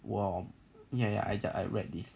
well ya ya I I I read this